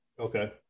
Okay